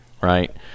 right